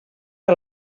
que